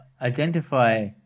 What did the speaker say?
identify